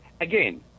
again